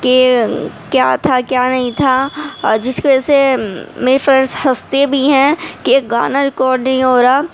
کہ کیا تھا کیا نہیں تھا جس کی وجہ سے میری فرینڈس ہنستی بھی ہیں کہ ایک گانا ریکارڈ نہیں ہو رہا